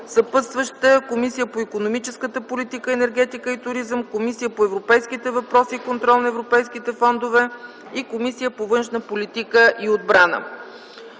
Съпътстващи са Комисията по икономическата политика, енергетика и туризъм, Комисията по европейските въпроси и контрол на европейските фондове и Комисията по външна политика и отбрана.